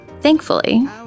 Thankfully